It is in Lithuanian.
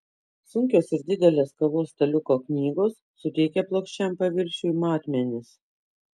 sunkios ir didelės kavos staliuko knygos suteikia plokščiam paviršiui matmenis